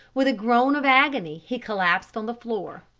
with a groan of agony he collapsed on the floor.